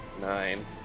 nine